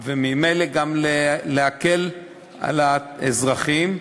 וממילא גם להקל על האזרחים,